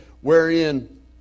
Wherein